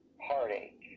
heartache